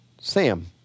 Sam